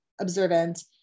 observant